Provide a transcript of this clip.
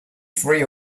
free